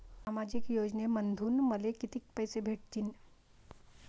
सामाजिक योजनेमंधून मले कितीक पैसे भेटतीनं?